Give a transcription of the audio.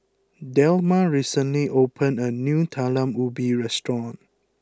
Delma recently opened a new Talam Ubi restaurant